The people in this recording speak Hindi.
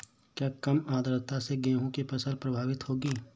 क्या कम आर्द्रता से गेहूँ की फसल प्रभावित होगी?